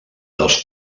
dels